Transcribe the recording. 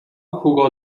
jugó